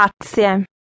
grazie